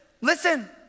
listen